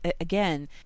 again